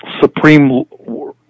supreme